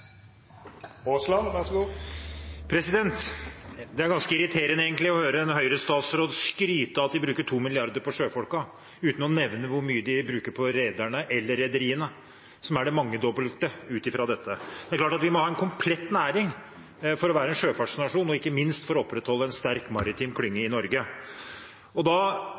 er egentlig ganske irriterende å høre en Høyre-statsråd skryte av at de bruker 2 mrd. kr på sjøfolkene, uten å nevne hvor mye de bruker på rederne eller rederiene – som er det mangedobbelte av dette. Det er klart at vi må ha en komplett næring for å være en sjøfartsnasjon og ikke minst for å opprettholde en sterk maritim klynge i Norge. Da